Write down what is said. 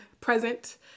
present